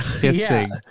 kissing